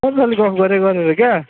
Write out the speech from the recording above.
गफ गर्यो गर्यो र क्या